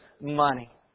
money